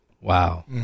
Wow